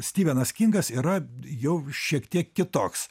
stivenas kingas yra jau šiek tiek kitoks